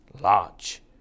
large